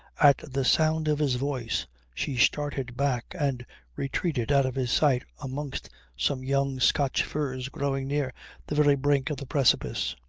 at the sound of his voice she started back and retreated out of his sight amongst some young scotch firs growing near the very brink of the precipice.